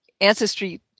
ancestry